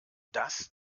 das